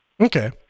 Okay